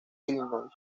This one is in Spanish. illinois